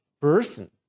person